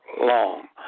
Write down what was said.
long